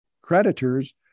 creditors